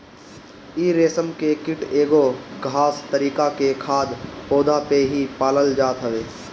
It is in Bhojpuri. इ रेशम के कीट एगो खास तरीका के खाद्य पौधा पे ही पालल जात हवे